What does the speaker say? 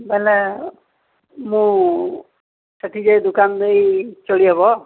ବୋଲେ ମୁଁ ସେଠିି ଯାଇ ଦୋକାନ ଦେଇ ଚଳିହେବ